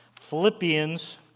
Philippians